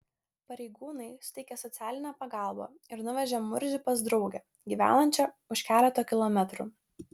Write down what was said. pareigūnai suteikė socialinę pagalbą ir nuvežė murzių pas draugę gyvenančią už keleto kilometrų